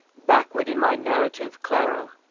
backward in my narrative, clara,